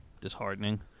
disheartening